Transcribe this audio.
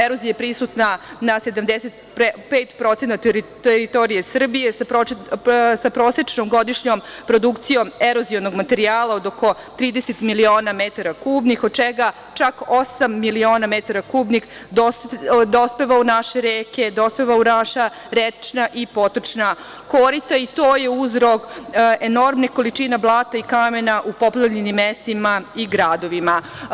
Erozija je prisutna na 75% teritorije Srbije sa prosečnom godišnjom produkcijom erozionog materijala od oko 30 miliona metara kubnih, od čega čak osam miliona metara kubnih dospeva u naše reke, dospeva u naša rečna i potočna korita, i to je uzrok enormnih količina blata i kamena u poplavljenim mestima i gradovima.